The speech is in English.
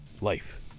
Life